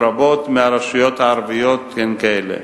ורבות מהרשויות הערביות הן כאלה.